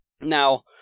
Now